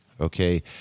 Okay